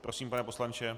Prosím, pane poslanče.